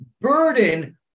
burden